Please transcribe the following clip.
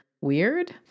Weird